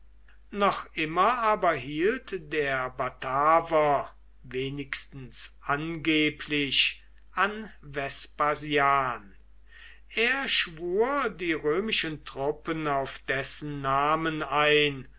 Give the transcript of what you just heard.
noch immer aber hielt der bataver wenigstens angeblich an vespasian er schwur die römischen truppen auf dessen namen ein